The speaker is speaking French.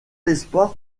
espoir